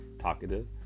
talkative